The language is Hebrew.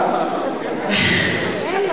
מה קרה,